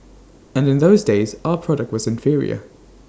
and in those days our product was inferior